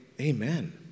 amen